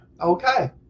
Okay